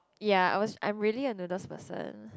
ya I was I'm really a noodles person